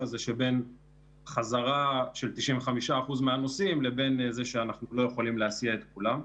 הזה שבין חזרה של 95% מהנוסעים לבין זה שאנחנו לא יכולים להסיע את כולם.